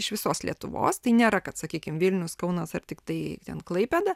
iš visos lietuvos tai nėra kad sakykim vilnius kaunas ar tiktai ten klaipėda